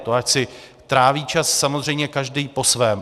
To ať si tráví čas samozřejmě každý po svém.